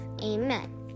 Amen